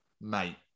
Mate